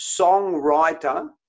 songwriter